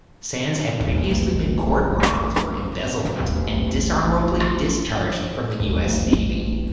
sands had previously been court-martialed for embezzlement and dishonorably discharged from the u s. navy.